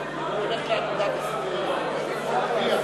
את הצעת חוק העונשין (תיקון,